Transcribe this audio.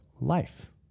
life